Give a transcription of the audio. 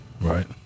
Right